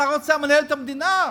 שר האוצר מנהל את המדינה.